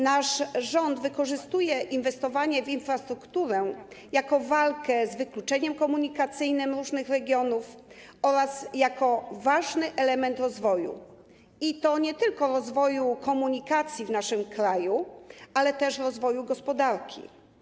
Nasz rząd wykorzystuje inwestowanie w infrastrukturę jako walkę z wykluczeniem komunikacyjnym różnych regionów oraz jako ważny element rozwoju, i to nie tylko rozwoju komunikacji w naszym kraju, ale też rozwoju gospodarki.